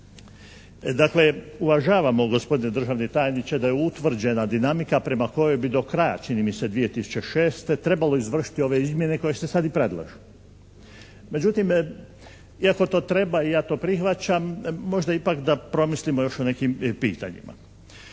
Dakle uvažavamo gospodine državni tajniče da je utvrđena dinamika prema kojoj bi do kraja čini mi se 2006. trebalo izvršiti ove izmjene koje se sada i predlažu. Međutim iako to treba i ja to prihvaćam, možda ipak da promislimo još o nekim pitanjima.